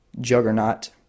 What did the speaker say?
Juggernaut